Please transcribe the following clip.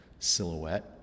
silhouette